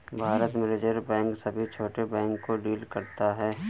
भारत में reserve bank सभी छोटे बैंक को डील करता है